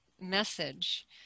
message